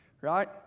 Right